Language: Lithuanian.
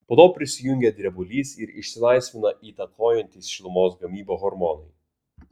po to prisijungia drebulys ir išsilaisvina įtakojantys šilumos gamybą hormonai